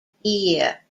ear